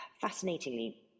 fascinatingly